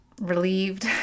relieved